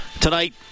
tonight